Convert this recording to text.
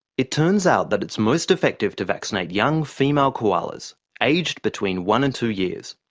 it turns out that it's most effective to vaccinate young female koalas aged between one and two years.